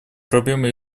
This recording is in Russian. проблемы